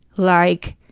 like,